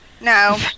No